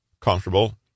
comfortable